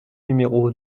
numéro